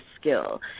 skill